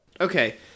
Okay